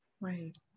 right